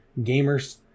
Gamers